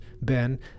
Ben